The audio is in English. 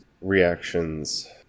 reactions